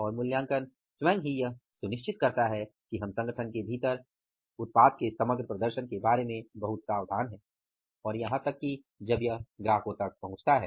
और मूल्यांकन स्वयं ही यह सुनिश्चित करता है कि हम संगठन के भीतर उत्पाद के समग्र प्रदर्शन के बारे में बहुत सावधान हैं और यहां तक कि जब यह ग्राहकों तक पहुंचता है